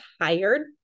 tired